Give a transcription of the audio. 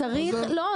לא,